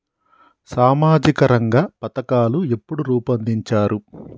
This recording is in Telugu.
సామాజిక రంగ పథకాలు ఎప్పుడు రూపొందించారు?